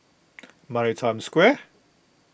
Maritime Square